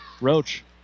Roach